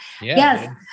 Yes